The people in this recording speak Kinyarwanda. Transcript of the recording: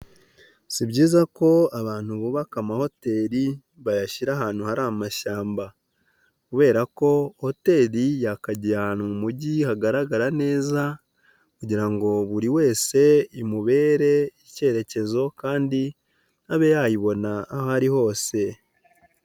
Si byiza ko abantu bubaka amahoteli bayashyira ahantu hari amashyamba, kubera ko hotel yakagiye mu mujyi hagaragara neza kugira ngo buri wese imubere icyerekezo kandi abe yayibona aho ari hose.